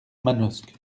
manosque